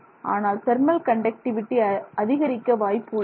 ஆனால் thermal conductivity அதிகரிக்க வாய்ப்பு உள்ளது